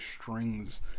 strings